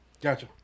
Gotcha